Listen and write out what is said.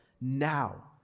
now